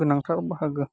गोनांथार बाहागो